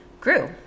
grew